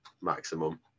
maximum